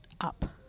up